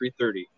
3.30